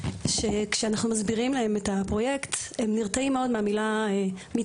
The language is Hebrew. שכשאנחנו מסבירים להם על הפרויקט הם נרתעים מאוד מהרעיון של